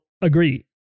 agree